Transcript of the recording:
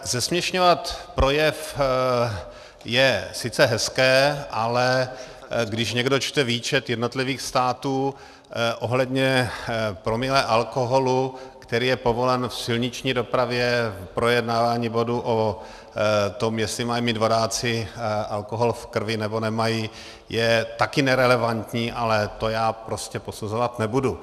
Zesměšňovat projev je sice hezké, ale když někdo čte výčet jednotlivých států ohledně promile alkoholu, který je povolen v silniční dopravě, v projednávání bodu o tom, jestli mají mít vodáci alkohol v krvi, nebo nemají, je také nerelevantní, ale to já prostě posuzovat nebudu.